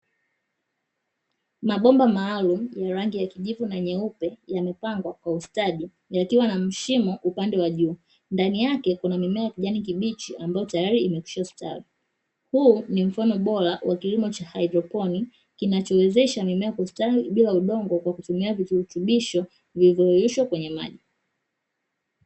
Mabomba maalumu yenye rangi kijivu na nyeupe yamepangwa kwa ustadi yakiwa na mashimo upande wa juu, ndani yake kuna mimea ya kijani kibichi ambayo tayari imekwishastawi. Huu ni mfano bora wa kilimo cha haidroponi kinachowezesha mimea kustawi bila udongo kwa kutumia virutubisho vilivyoyeyushwa kwenye maji.